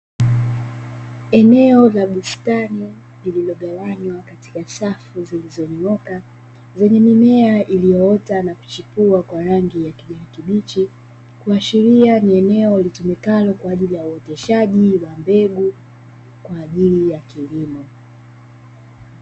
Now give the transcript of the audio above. Eneo la bustani lilogawanywa katika safu zilizonyooka kwenye uoto wa kijani ikionekana ni eneo liloandaliwa kwaajili ya kilimo